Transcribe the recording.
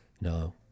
No